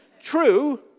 True